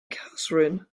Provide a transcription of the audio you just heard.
catherine